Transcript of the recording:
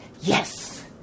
yes